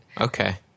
okay